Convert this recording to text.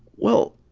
well,